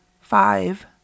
Five